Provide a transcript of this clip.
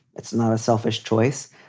it's not a selfish choice.